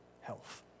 health